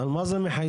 על מה זה מחייב?